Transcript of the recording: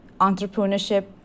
entrepreneurship